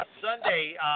Sunday